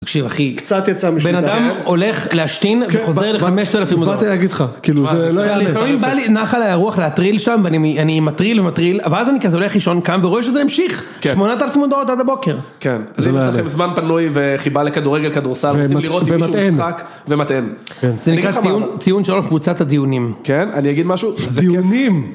קצת יצא משליטה אחרת בן אדם הולך להשתין וחוזר לחמשת אלפים הודעות. אז באתי להגיד לך, לפעמים בא לי נח על האירוח להטריל שם ואני מטריל ומטריל ואז אני כזה הולך לישון וקם ורואה שזה המשיך שמונת אלפים הודעות עד הבוקר. כן, אז אם יש לכם זמן פנוי וחיבה לכדורגל כדורסל צריך לראות עם מישהו משחק (ומטען) זה נקרא ציון של קבוצת הדיונים כן אני אגיד משהו דיונים